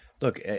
Look